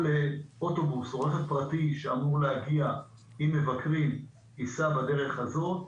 כל אוטובוס או רכב פרטי שאמור להגיע עם מבקרים ייסע בדרך הזאת.